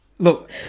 Look